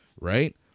right